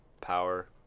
power